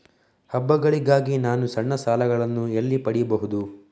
ಹಬ್ಬಗಳಿಗಾಗಿ ನಾನು ಸಣ್ಣ ಸಾಲಗಳನ್ನು ಎಲ್ಲಿ ಪಡಿಬಹುದು?